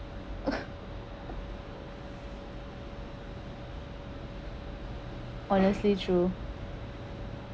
honestly true